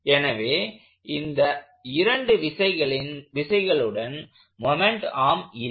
எனவே அந்த இரண்டு விசைகளுடன் மொமெண்ட் ஆர்ம் இல்லை